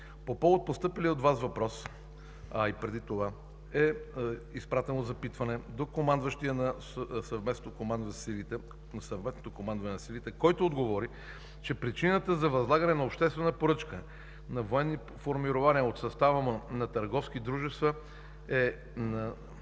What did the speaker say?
По повод на постъпилия от Вас въпрос, а и преди това, е изпратено запитване до командващия Съвместното командване на силите, който отговори, че причината за възлагане на обществена поръчка на военни формирования от състава му на търговски дружества е